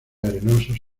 arenosos